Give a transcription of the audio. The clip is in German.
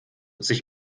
sich